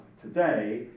today